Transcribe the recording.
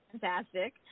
fantastic